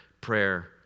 prayer